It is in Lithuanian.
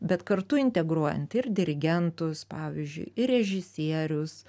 bet kartu integruojant ir dirigentus pavyzdžiui ir režisierius